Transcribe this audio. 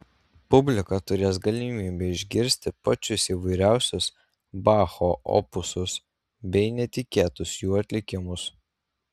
publika turės galimybę išgirsti pačius įvairiausius bacho opusus bei netikėtus jų atlikimus